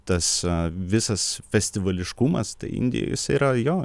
tas a visas festivališkumas tai indijoj jis yra jo